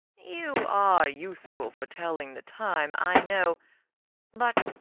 you are useful for telling the time, i know but,